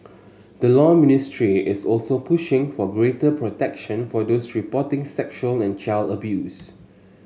the Law Ministry is also pushing for greater protection for those reporting sexual and child abuse